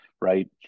right